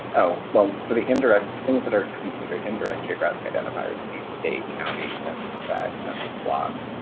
oh well, so the indirect. things that are considered indirect geographic identifiers would be state, county, census tract, census block,